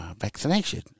vaccination